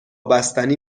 بستنی